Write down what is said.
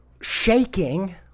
shaking